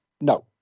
no